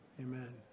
Amen